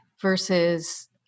versus